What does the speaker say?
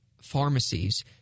pharmacies